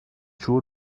siŵr